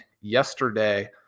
yesterday